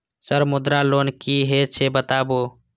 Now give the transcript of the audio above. Sir Mudra loan की हे छे बताबू?